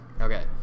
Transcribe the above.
Okay